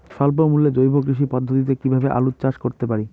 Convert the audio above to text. স্বল্প মূল্যে জৈব কৃষি পদ্ধতিতে কীভাবে আলুর চাষ করতে পারি?